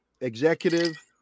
executive